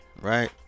right